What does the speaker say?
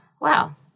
wow